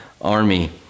army